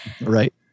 Right